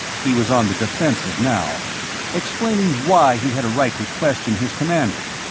he was on the defensive now explaining why he had a right to question his commander.